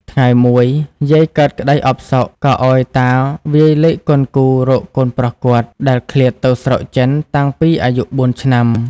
ថ្ងៃមួយ យាយកើតក្ដីអផ្សុក ក៏ឲ្យតាវាយលេខគន់គូររកកូនប្រុសគាត់ ដែលឃ្លាតទៅស្រុកចិនតាំងពីអាយុបួនឆ្នាំមុន ។